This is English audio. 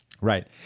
right